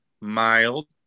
mild